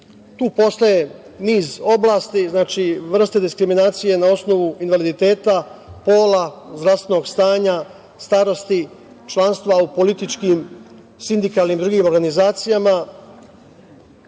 Tu postoji niz oblasti, vrste diskriminacije na osnovu invaliditeta, pola, zdravstvenog stanja, starosti, članstva u političkim, sindikalnim i drugim organizacijama,